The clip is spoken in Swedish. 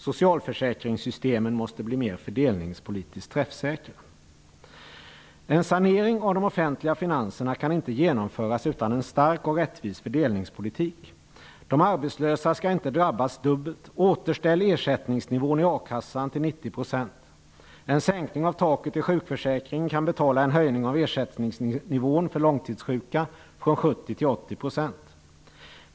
Socialförsäkringssystemen måste bli mer fördelningspolitiskt träffsäkra. En sanering av de offentliga finanserna kan inte genomföras utan en stark och rättvis fördelningspolitik. De arbetslösa skall inte drabbas dubbelt. Återställ ersättningsnivån i a-kassan till 90 > e%. En sänkning av taket i sjukförsäkringen kan betala en höjning av ersättningsnivån för långtidssjuka från 70 till 80 %.